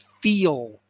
feel